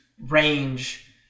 range